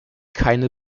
keine